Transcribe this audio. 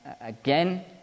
Again